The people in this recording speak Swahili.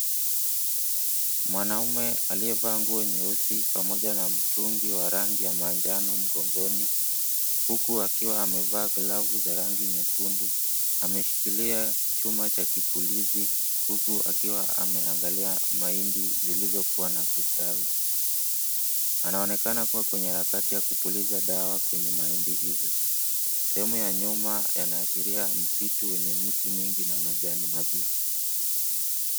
Mwanaume aliyevaa nguo nyeusi pamoja na mtungi wa rangi ya manjano mgongoni huku akiwa amevaa glavu za rangi nyekundu ameshikilia chuma cha kipulizi huku akiwa ameangalia mahindi zilizokuwa na kustawi, anaonekana kuwa kwenye harakati ya kupuliza dawa kwenye mahindi hizo, sehemu ya nyuma yanaashiria msitu wenye miti mingi na majani mabichi.